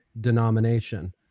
denomination